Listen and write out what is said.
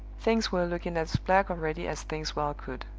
things were looking as black already as things well could.